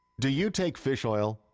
do you take fish oil?